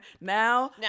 now